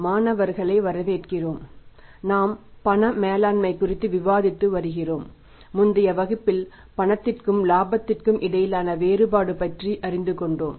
மாணவர்களை வரவேற்கிறோம் நாம் பண மேலாண்மை குறித்து விவாதித்து வருகிறோம் முந்தைய வகுப்பில் பணத்திற்கும் இலாபத்திற்கும் இடையிலான வேறுபாடு பற்றி அறிந்து கொண்டோம்